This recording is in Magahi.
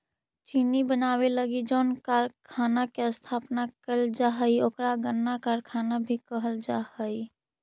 चीनी बनावे लगी जउन कारखाना के स्थापना कैल जा हइ ओकरा गन्ना कारखाना भी कहल जा हइ